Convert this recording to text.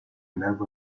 club